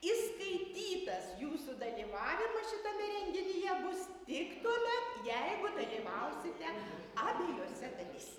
įskaitytas jūsų dalyvavimas šitame renginyje bus tik tuomet jeigu dalyvausite abiejose dalyse